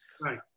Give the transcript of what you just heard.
Right